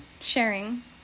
sharing